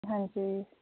ਹਾਂਜੀ